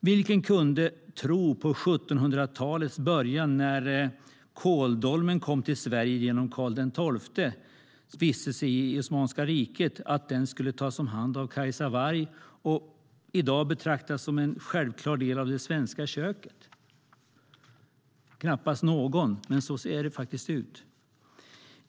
Vem kunde vid 1700-talets början tro att kåldolmen, när den kom till Sverige genom Karl XII:s vistelse i Osmanska riket, skulle tas om hand av Cajsa Warg och i dag betraktas som en självklar del av det svenska köket? Knappast någon, men så ser det faktiskt ut.